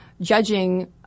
judging